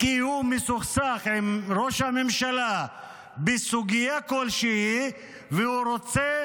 כי הוא מסוכסך עם ראש הממשלה בסוגיה כלשהי והוא רוצה